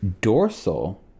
dorsal